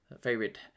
favorite